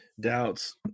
doubts